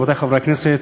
רבותי חברי הכנסת,